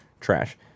trash